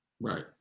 right